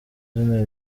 izina